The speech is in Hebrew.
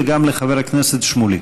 וגם לחבר הכנסת שמולי.